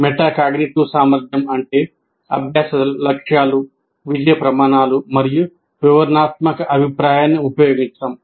metacognitive సామర్థ్యం అంటే అభ్యాస లక్ష్యాలు విజయ ప్రమాణాలు మరియు వివరణాత్మక అభిప్రాయాన్ని ఉపయోగించడం